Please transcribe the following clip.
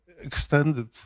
extended